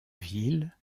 ville